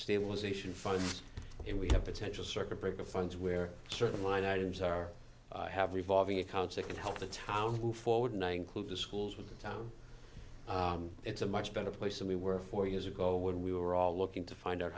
stabilization fund and we have potential circuit breaker funds where certain line items are have revolving accounts that can help the town who forward nine kloof the schools with the town it's a much better place than we were four years ago when we were all looking to find out